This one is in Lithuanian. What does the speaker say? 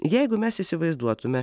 jeigu mes įsivaizduotume